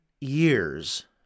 years